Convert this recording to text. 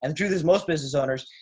and the truth is, most business owners,